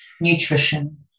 nutrition